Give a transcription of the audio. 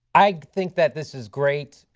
i think that this is great,